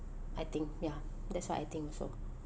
I think ya that's what I think also